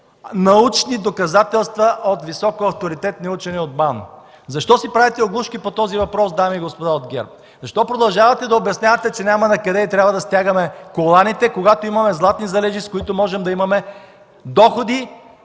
научни доказателства от високоавторитетни учени от БАН. Защо си правите оглушки по този въпрос, дами и господа от ГЕРБ?! Защо продължавате да обяснявате, че няма накъде и трябва да стягаме коланите, когато имаме златни залежи, с които в България можем да имаме доходи